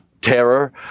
terror